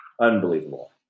Unbelievable